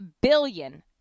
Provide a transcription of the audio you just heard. billion